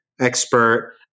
Expert